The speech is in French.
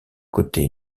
côté